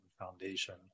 foundation